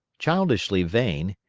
childishly vain,